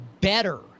better